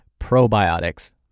probiotics